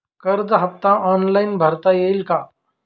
कर्ज हफ्ता ऑनलाईन भरता येईल का?